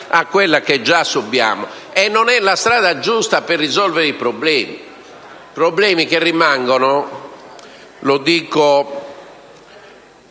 a quella che già subiamo, e non è la strada giusta per risolvere i problemi. Problemi che rimangono - lo dico